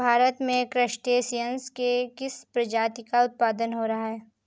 भारत में क्रस्टेशियंस के किस प्रजाति का उत्पादन हो रहा है?